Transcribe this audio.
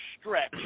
stretch